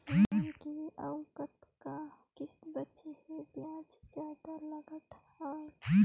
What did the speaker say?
Loan के अउ कतका किस्त बांचें हे? ब्याज जादा लागत हवय,